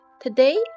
Today